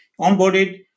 onboarded